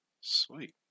sweet